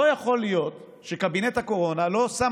לא יכול להיות שקבינט הקורונה לא שם